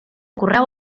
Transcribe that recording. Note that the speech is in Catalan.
correu